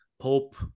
Pope